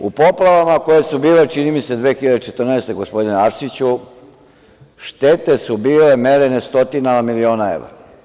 U poplavama koje su bile, čini mi se 2014. godine, gospodine Arsiću, štete su bile merene stotinama miliona evra.